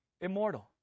immortal